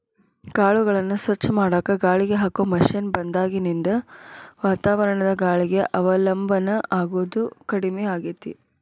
ಕಾಳುಗಳನ್ನ ಸ್ವಚ್ಛ ಮಾಡಾಕ ಗಾಳಿಗೆ ಹಾಕೋ ಮಷೇನ್ ಬಂದಾಗಿನಿಂದ ವಾತಾವರಣದ ಗಾಳಿಗೆ ಅವಲಂಬನ ಆಗೋದು ಕಡಿಮೆ ಆಗೇತಿ